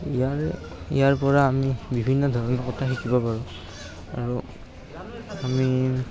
ইয়াৰ ইয়াৰপৰা আমি বিভিন্ন ধৰ্মীয় কথা শিকিব পাৰোঁ আৰু আমি